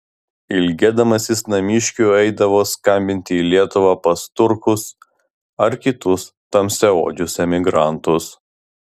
ilgėdamasis namiškių eidavo skambinti į lietuvą pas turkus ar kitus tamsiaodžius emigrantus